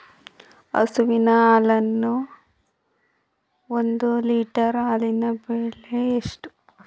ಹಸುವಿನ ಹಾಲಿನ ಒಂದು ಲೀಟರ್ ಹಾಲಿನ ಬೆಲೆ ಎಷ್ಟು?